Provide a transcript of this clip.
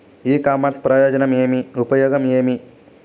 ఇ commerce ప్రయోజనం ఏమి? ఉపయోగం ఏమి?